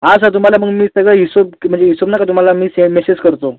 हां सर तुम्हाला मग मी सगळा हिशोब म्हणजे हिशोब ना का तुम्हाला मी से मेसेज करतो